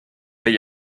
hay